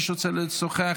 מי שרוצה לשוחח,